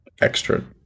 extra